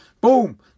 Boom